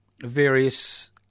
various